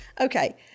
Okay